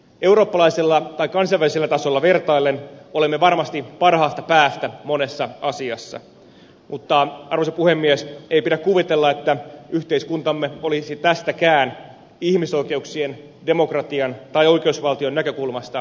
eurooppalaisella tai kansainvälisellä tasolla vertaillen olemme varmasti parhaasta päästä monessa asiassa mutta arvoisa puhemies ei pidä kuvitella että yhteiskuntamme olisi tästäkään näkökulmasta ihmisoikeuksien demokratian tai oikeusvaltion näkökulmasta täydellinen